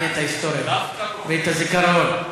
אדוני, תרענן את ההיסטוריה ואת הזיכרון.